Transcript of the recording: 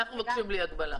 אנחנו מבקשים בלי הגבלה.